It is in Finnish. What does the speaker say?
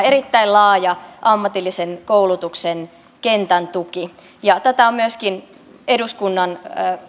erittäin laaja ammatillisen koulutuksen kentän tuki ja myöskin eduskunnan